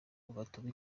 batuma